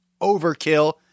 overkill